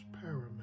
paramount